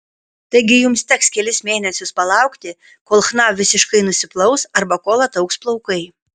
taigi jums teks kelis mėnesius palaukti kol chna visiškai nusiplaus arba kol ataugs plaukai